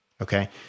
okay